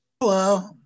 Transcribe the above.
Hello